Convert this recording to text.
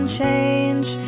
change